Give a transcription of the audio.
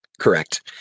Correct